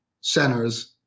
centers